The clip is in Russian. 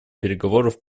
переговоров